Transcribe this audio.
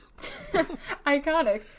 iconic